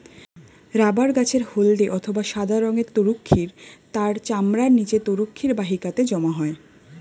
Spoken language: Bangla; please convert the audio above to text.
রাবার গাছের হল্দে অথবা সাদা রঙের তরুক্ষীর তার চামড়ার নিচে তরুক্ষীর বাহিকাতে জমা হয়